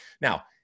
Now